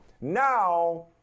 Now